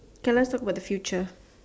K let's talk about the future